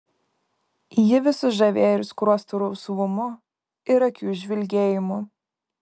ji visus žavėjo ir skruostų rausvumu ir akių žvilgėjimu